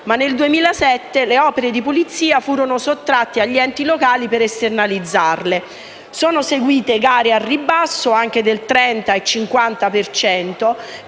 ma nel 2007 le opere di pulizia furono sottratte agli enti locali per esternalizzarle. Sono seguite gare a ribasso, anche del 30 e 50 per cento,